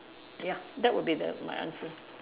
ya that would be the my answer